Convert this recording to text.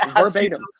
verbatim